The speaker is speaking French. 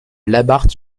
labarthe